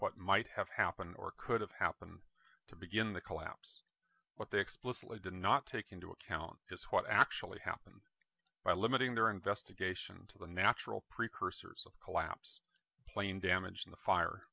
what might have happened or could have happened to begin the collapse what they explicitly did not take into account is what actually happened by limiting their investigation to the natural precursors of collapse plane damage in the fire